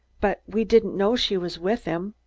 but we didn't know she was with him.